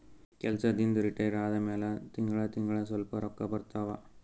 ಕೆಲ್ಸದಿಂದ್ retire ಆದಮ್ಯಾಲ ತಿಂಗಳಾ ತಿಂಗಳಾ ಸ್ವಲ್ಪ ರೊಕ್ಕಾ ಬರ್ತಾವ